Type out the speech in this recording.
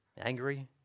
Angry